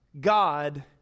God